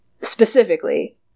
specifically